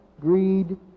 greed